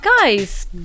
Guys